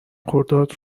خرداد